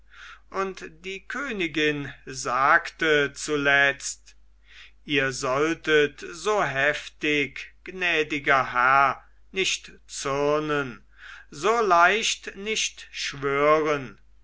und die königin sagte zuletzt ihr solltet so heftig gnädiger herr nicht zürnen so leicht nicht schwören